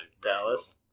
Dallas